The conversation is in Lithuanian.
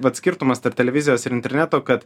vat skirtumas tarp televizijos ir interneto kad